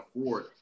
afford